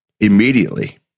Immediately